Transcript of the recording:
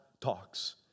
talks